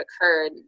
occurred